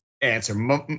answer